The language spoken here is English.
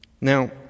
Now